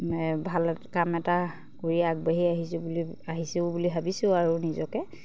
ভাল কাম এটা কৰি আগবাঢ়ি আহিছোঁ বুলি আহিছোঁ বুলি ভাবিছোঁ আৰু নিজকে